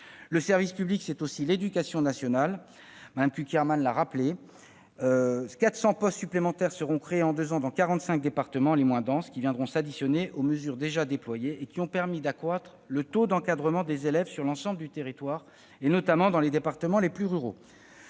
Le service public, c'est aussi l'éducation nationale, comme l'a rappelé Cécile Cukierman. C'est pourquoi 400 postes supplémentaires seront créés en deux ans dans les quarante-cinq départements les moins denses, qui viendront s'additionner aux mesures déjà déployées et qui ont permis d'accroître le taux d'encadrement des élèves sur l'ensemble du territoire, notamment dans les départements les plus ruraux.